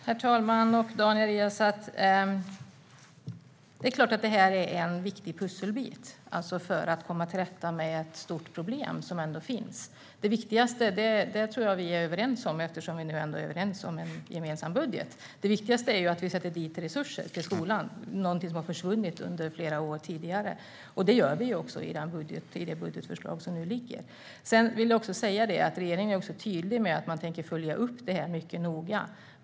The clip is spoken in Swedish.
Herr talman! Daniel Riazat! Det är klart att det här är en viktig pusselbit för att komma till rätta med ett stort problem som ändå finns. Det viktigaste - det tror jag att vi är överens om eftersom vi är överens om det gemensamma budgetförslag som nu föreligger - är att vi tillför resurser till skolan, något som inte gjorts under flera år tidigare. Regeringen är också tydlig med att man tänker följa upp det här mycket noga.